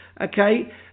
okay